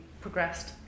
progressed